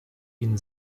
ihnen